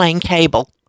cable